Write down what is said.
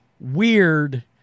weird